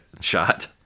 shot